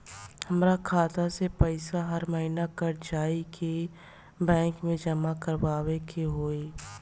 हमार खाता से पैसा हर महीना कट जायी की बैंक मे जमा करवाए के होई?